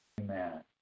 amen